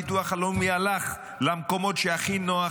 הביטוח הלאומי הלך למקומות שהכי נוח